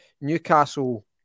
Newcastle